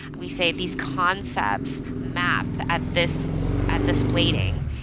we say, these concepts map at this at this waiting,